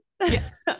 yes